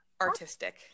artistic